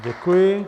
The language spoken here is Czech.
Děkuji.